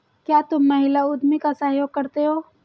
क्या तुम महिला उद्यमी का सहयोग करते हो?